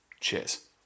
Cheers